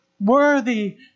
worthy